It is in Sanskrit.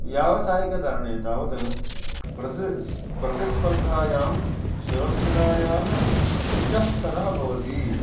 व्यावसायिकतरणे तावत् प्रति सः प्रतिस्पर्धायां सुरक्षतायाः उच्चस्तरः भवति